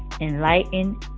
enlighten